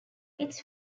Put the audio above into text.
its